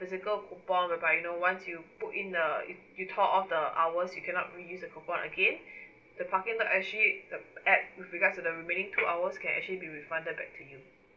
physical coupon whereby you know once you put in the you you tore off the hours you cannot reuse the coupon again the parking dot S G the app with regards to the remaining two hours can actually be refunded back to you